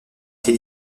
été